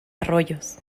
arroyos